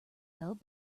held